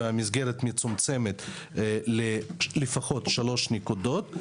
במסגרת מצומצמת לפחות לשלוש נקודות,